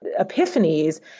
epiphanies